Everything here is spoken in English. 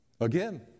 Again